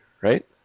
right